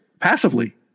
passively